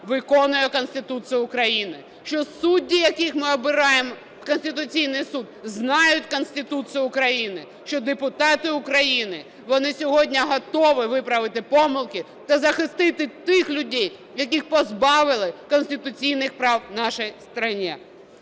виконує Конституцію України, що судді, яких ми обираємо в Конституційний Суд, знають Конституцію України; що депутати України, вони сьогодні готові виправити помилки та захистити тих людей, яких позбавили конституційних прав в нашей стране.